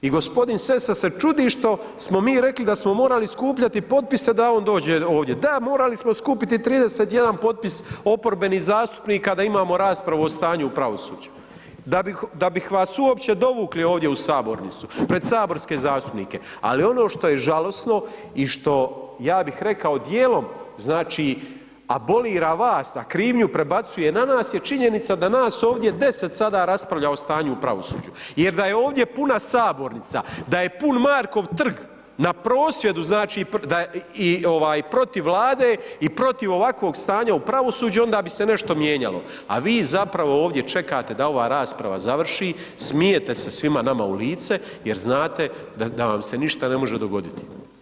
I gospodin Sessa se čudi što smo mi rekli da smo morali skupljati potpise da on dođe ovdje, da morali smo skupiti 31 potpis oporbenih zastupnika da imamo raspravu o stanju u pravosuđu, da bih vas uopće dovukli ovdje u sabornicu pred saborske zastupnike, ali ono što je žalosno i što ja bih rekao djelom znači, abolira vas, a krivnju prebacuje na nas je činjenica da nas ovdje 10 sada raspravlja o stanju u pravosuđu jer da je ovdje puna sabornica, da je pun Markov trg na prosvjedu znači i ovaj protiv Vlade i protiv ovakvog stanja u pravosuđu onda bi se nešto mijenjalo, a vi zapravo ovdje čekate da ova rasprava završi, smijete se svima nama u lice jer znate da vam se ništa ne može dogoditi.